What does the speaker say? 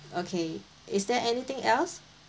okay is there anything else